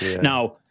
Now